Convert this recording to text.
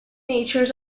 nature